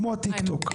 כמו הטיק טוק.